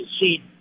see